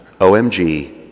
OMG